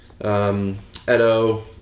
Edo